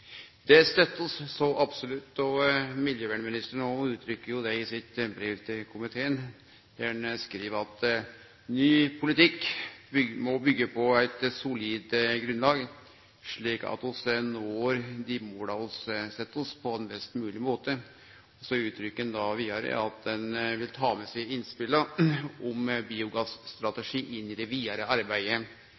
støttar vi så absolutt, og miljøvernministeren uttrykkjer også det i sitt brev til komiteen, der han skriv: «Ny politikk må bygges på et solid grunnlag, slik at vi når de målene vi setter oss på best mulig måte.» Og så uttrykkjer han vidare: «Jeg tar med meg innspillet om en biogasstrategi inn i det videre arbeidet